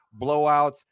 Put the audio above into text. blowouts